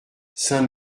saint